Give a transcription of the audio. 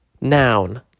Noun